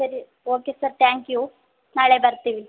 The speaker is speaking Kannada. ಸರಿ ಓಕೆ ಸರ್ ತ್ಯಾಂಕ್ ಯು ನಾಳೆ ಬರುತ್ತೀವಿ